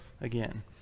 again